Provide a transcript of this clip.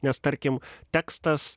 nes tarkim tekstas